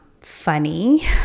Funny